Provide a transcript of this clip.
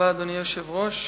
אדוני היושב-ראש,